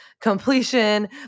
completion